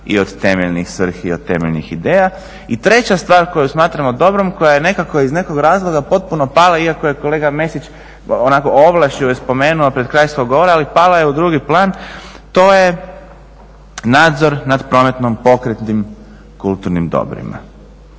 i od temeljnih svrhi i od temeljnih ideja. I treća stvar koju smatramo dobrom i koja je nekako iz nekog razloga potpuno pala iako je kolega Mesić onako ovlaš je spomenuo pred kraj svog govora ali pala je u drugi plan, to je nadzor nad prometno pokretnim kulturnim dobrima.